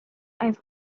i’ve